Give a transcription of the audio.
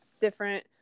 different